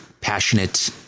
passionate